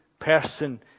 person